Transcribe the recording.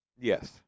Yes